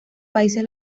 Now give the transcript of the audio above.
países